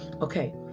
Okay